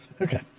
Okay